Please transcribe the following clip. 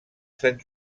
sant